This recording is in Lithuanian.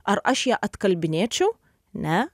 ar aš ją atkalbinėčiau ne